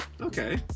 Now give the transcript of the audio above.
okay